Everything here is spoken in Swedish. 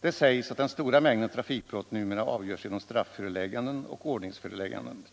Det sägs att den stora mängden trafikbrott numera avgörs genom straffförelägganden och ordningsförelägganden,